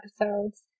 episodes